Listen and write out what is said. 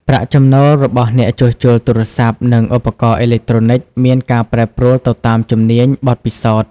ប្រាក់ចំណូលរបស់អ្នកជួសជុលទូរស័ព្ទ និងឧបករណ៍អេឡិចត្រូនិចមានការប្រែប្រួលទៅតាមជំនាញ បទពិសោធន៍។